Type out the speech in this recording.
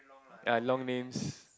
ya long names